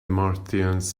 martians